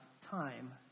time